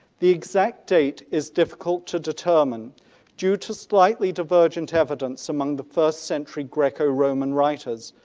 the exact date is difficult to determine due to slightly divergent evidence among the first century greco roman writers,